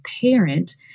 parent